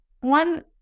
one